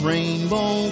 Rainbow